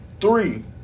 three